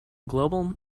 global